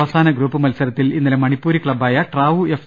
അവസാന ഗ്രൂപ്പ് മത്സര ത്തിൽ ഇന്നലെ മണിപ്പൂരി ക്ലബ്ബായ ട്രാവു എഫ്